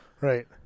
Right